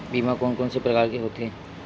बीमा कोन कोन से प्रकार के होथे?